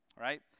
right